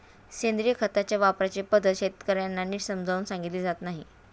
सेंद्रिय खताच्या वापराची पद्धत शेतकर्यांना नीट समजावून सांगितली जात नाही